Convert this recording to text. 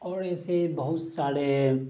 اور ایسے بہت سارے